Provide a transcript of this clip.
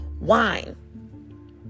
wine